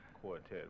quartet